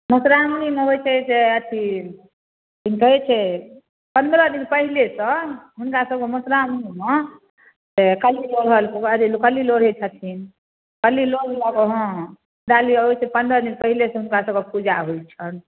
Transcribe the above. मौसरामनीमे होइ छै से अथी कि कहै छै पनरह दिन पहिलेसँ हुनकासबके मौसरामनीमे हे कली लोढ़ऽ कली लोढ़ै छथिन कली लोढ़लहुँ तऽ हँ लऽ लिअऽ ओहिसँ पनरह दिन पहिलेसँ हुनकासबके पूजा होइ छनि